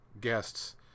guests